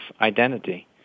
identity